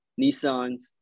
Nissans